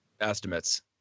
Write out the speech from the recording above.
estimates